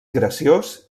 graciós